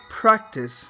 practice